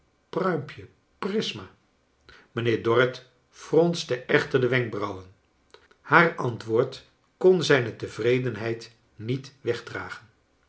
pruimpje prisma mijnheer dorrit fronste echter de wenkbrauwen haar antwoord kon zijne tevredenheid niet wegdragen